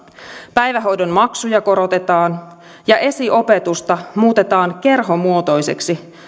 päivähoidon maksuja korotetaan ja esiopetusta muutetaan kerhomuotoiseksi